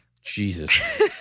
Jesus